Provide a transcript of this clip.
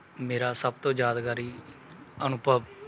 ਮੇਰਾ ਸਭ ਤੋਂ ਯਾਦਗਾਰੀ ਅਨੁਭਵ